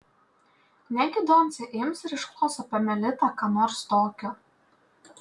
negi doncė ims ir išklos apie melitą ką nors tokio